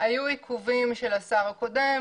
היו עיכובים של השר הקודם,